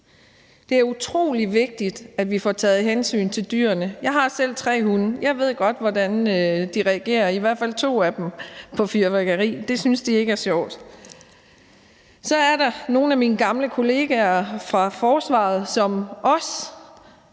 Det er jo utrolig vigtigt, at vi får taget hensyn til dyrene. Jeg har selv tre hunde, og jeg ved godt, hvordan de reagerer på fyrværkeri, i hvert fald to af dem. Det synes de ikke er sjovt. Så er der også nogle af mine gamle kollegaer fra forsvaret, som også